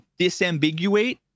disambiguate